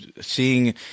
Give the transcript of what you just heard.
seeing